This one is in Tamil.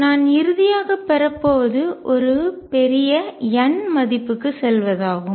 எனவே நான் இறுதியாக பெறப்போவது ஒரு பெரிய n மதிப்புக்குச் செல்வதாகும்